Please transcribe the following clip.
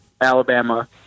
Alabama